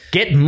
Get